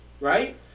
right